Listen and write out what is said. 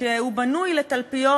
שבנוי לתלפיות,